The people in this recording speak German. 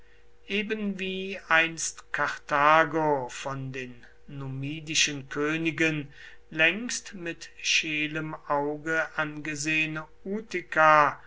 ebenwie einst karthago von den numidischen königen längst mit scheelem auge angesehene utica